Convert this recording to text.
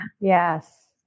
Yes